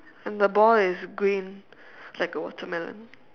and the ball is green like a watermelon